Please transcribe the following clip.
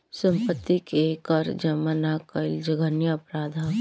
सम्पत्ति के कर जामा ना कईल जघन्य अपराध ह